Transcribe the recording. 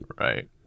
right